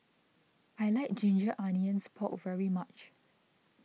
I like Ginger Onions Pork very much